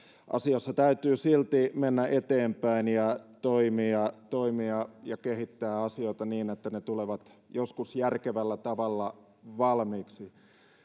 asioissa täytyy silti mennä eteenpäin ja toimia toimia ja kehittää asioita niin että ne tulevat joskus järkevällä tavalla valmiiksi